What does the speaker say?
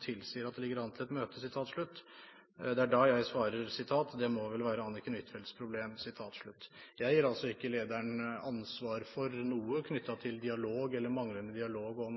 tilsier at det ligger an til et møte. Det er da jeg svarer: «Det må vel være Anniken Huitfeldts problem.» Jeg gir altså ikke lederen ansvar for noe knyttet til dialog eller manglende dialog om